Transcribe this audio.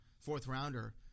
fourth-rounder